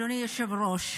אדוני היושב-ראש,